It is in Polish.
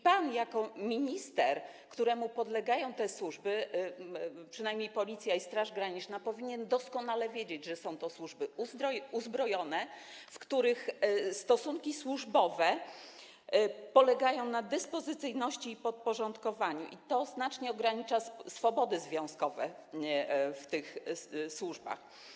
Pan jako minister, któremu podlegają te służby, przynajmniej Policja i Straż Graniczna, powinien doskonale wiedzieć, że są to służby uzbrojone, w których stosunki służbowe polegają na dyspozycyjności i podporządkowaniu, i to znacznie ogranicza swobody związkowe w tych służbach.